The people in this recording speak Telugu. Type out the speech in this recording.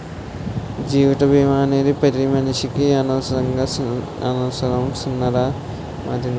జీవిత బీమా అనేది పతి మనిసికి అవుసరంరా సిన్నా నా మాటిను